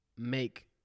make